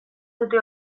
dute